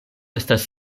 estas